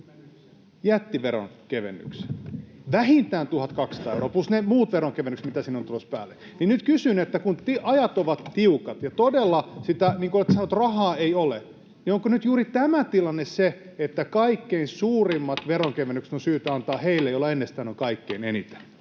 jättiveronkevennykset, vähintään 1 200 euroa plus ne muut veronkevennykset, mitä sinne on tulossa päälle, niin nyt kysyn, että kun ajat ovat tiukat ja todella sitä rahaa ei ole, niin onko nyt juuri tämä tilanne se, että kaikkein suurimmat veronkevennykset on syytä antaa heille, joilla ennestään on kaikkein eniten?